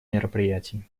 мероприятий